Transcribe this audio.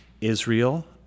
israel